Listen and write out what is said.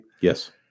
yes